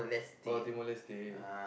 oh Timor Leste